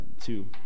two